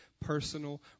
personal